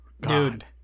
Dude